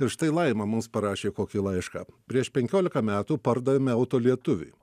ir štai laima mums parašė kokį laišką prieš penkiolika metų pardavėme auto lietuviui